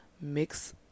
Mix